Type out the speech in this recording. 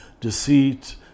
deceit